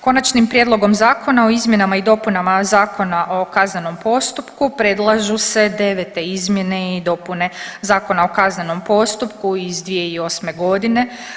Konačnim prijedlogom Zakona o izmjenama i dopunama Zakona o kaznenom postupku predlažu se devete izmjene i dopune Zakona o kaznenom postupku iz 2008. godine.